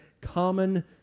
common